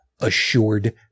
assured